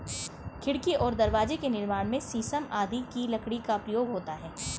खिड़की और दरवाजे के निर्माण में शीशम आदि की लकड़ी का प्रयोग होता है